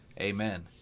Amen